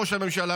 ראש הממשלה,